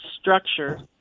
structure